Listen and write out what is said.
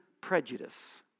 prejudice